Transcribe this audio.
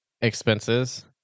expenses